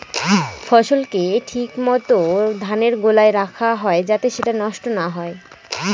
ফসলকে ঠিক মত ধানের গোলায় রাখা হয় যাতে সেটা নষ্ট না হয়